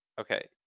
Okay